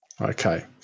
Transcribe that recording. Okay